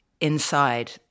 inside